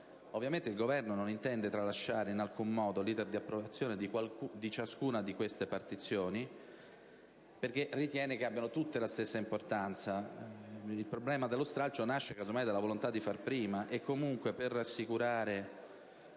Ovviamente il Governo non intende tralasciare in alcun modo l'*iter* di approvazione di ciascuna di queste partizioni, perché ritiene che abbiano tutte la stessa importanza. Il problema dello stralcio nasce casomai dalla volontà di far prima, e comunque, per rassicurare